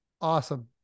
Awesome